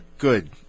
Good